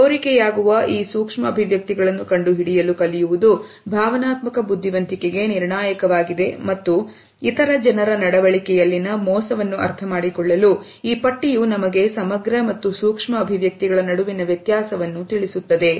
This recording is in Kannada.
ಸೋರಿಕೆ ಯಾಗುವ ಈ ಸೂಕ್ಷ್ಮ ಅಭಿವ್ಯಕ್ತಿಗಳನ್ನು ಕಂಡುಹಿಡಿಯಲು ಕಲಿಯುವುದು ಭಾವನಾತ್ಮಕ ಬುದ್ಧಿವಂತಿಕೆಗೆ ನಿರ್ಣಾಯಕವಾಗಿದೆ ಮತ್ತು ಇತರ ಜನರ ನಡವಳಿಕೆಯಲ್ಲಿನ ಮೋಸವನ್ನು ಅರ್ಥಮಾಡಿಕೊಳ್ಳಲು ಈ ಪಟ್ಟಿಯು ನಮಗೆ ಸಮಗ್ರ ಮತ್ತು ಸೂಕ್ಷ್ಮ ಅಭಿವ್ಯಕ್ತಿಗಳ ನಡುವಿನ ವ್ಯತ್ಯಾಸವನ್ನು ತಿಳಿಸುತ್ತದೆ